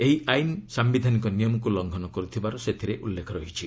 ଏହି ଆଇନ ସାୟିଧାନିକ ନିୟମକୁ ଲଙ୍ଘନ କରୁଥିବାର ସେଥିରେ ଉଲ୍ଲେଖ ରହିଛି